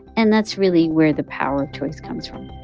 and that's really where the power of choice comes from